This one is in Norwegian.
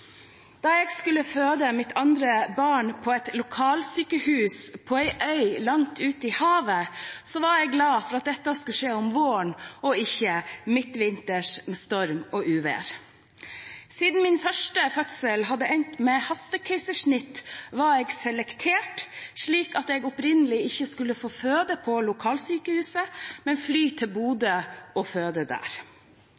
Da jeg skulle føde mitt andre barn på et lokalsykehus på en øy langt ut i havet, var jeg glad for at det skulle skje på våren og ikke midtvinters med storm og uvær. Siden min første fødsel hadde endt med hastekeisersnitt, var jeg selektert, slik at jeg opprinnelig ikke skulle føde på lokalsykehuset, men fly til